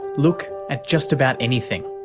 look at just about anything.